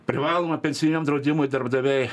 privaloma pensijiniam draudimui darbdaviai